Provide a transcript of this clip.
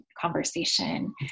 conversation